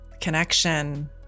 Connection